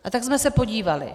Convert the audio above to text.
A tak jsme se podívali.